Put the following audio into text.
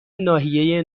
ناحیه